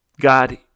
God